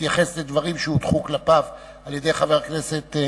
להתייחס לדברים שהוטחו כלפיו על-ידי חבר הכנסת,